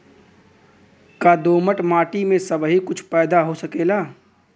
का दोमट माटी में सबही कुछ पैदा हो सकेला?